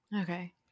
Okay